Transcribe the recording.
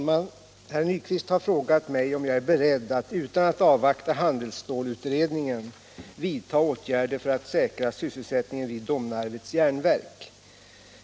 Herr Nyquist har frågat mig om jag är beredd att utan att avvakta handelsstålutredningen vidta åtgärder för att säkra sysselsättningen vid Domnarvets Jernverk.